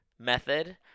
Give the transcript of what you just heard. method